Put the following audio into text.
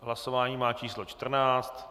Hlasování má číslo 14.